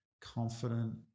confident